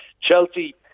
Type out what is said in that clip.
Chelsea